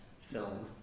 film